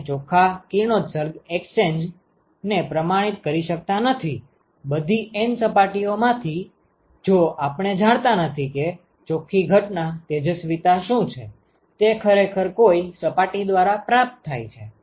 આપણે ચોખ્ખા કિરણોત્સર્ગ એક્સચેંજ ને પ્રમાણિત કરી શકતા નથી બધી N સપાટીઓમાંથી જો આપણે જાણતા નથી કે ચોખ્ખી ઘટના તેજસ્વિતા શું છે તે ખરેખર કોઈ સપાટી દ્વારા પ્રાપ્ત થાય છે